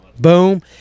Boom